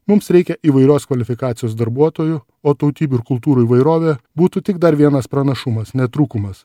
mums reikia įvairios kvalifikacijos darbuotojų o tautybių ir kultūrų įvairovė būtų tik dar vienas pranašumas ne trūkumas